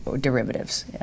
derivatives